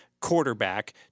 quarterback